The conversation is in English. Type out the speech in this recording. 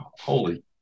Holy